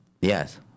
Yes